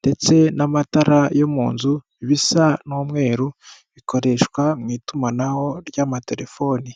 ndetse n'amatara yo mu nzu bisa n'umweru bikoreshwa mu itumanaho ry'amatelefoni.